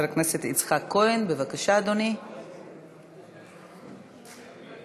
אמרו: אין אפשרות.